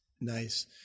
Nice